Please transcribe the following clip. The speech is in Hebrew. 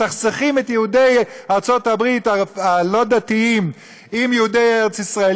מסכסכים את יהודי ארצות הברית הלא-דתיים עם יהודי ארץ ישראל.